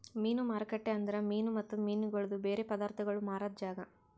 ಮೀನು ಮಾರುಕಟ್ಟೆ ಅಂದುರ್ ಮೀನು ಮತ್ತ ಮೀನಗೊಳ್ದು ಬೇರೆ ಪದಾರ್ಥಗೋಳ್ ಮಾರಾದ್ ಜಾಗ